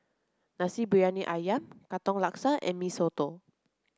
Nasi Briyani Ayam Katong Laksa and Mee Soto